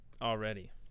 already